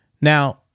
Now